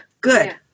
Good